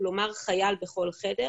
כלומר חייל בכל חדר.